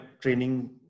training